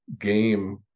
game